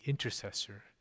intercessor